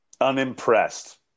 unimpressed